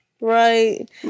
Right